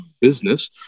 business